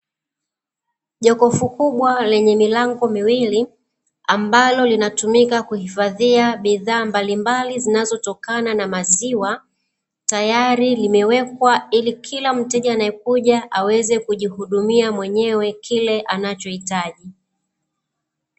Jokofu kubwa lenye milango miwili, ambalo linatumika kuhifadhia bidhaa mbalimbali zinazotokana na maziwa, tayari limewekwa ili kila mteja anayekuja aweze kujihudumia mwenyewe kile anachohitaji.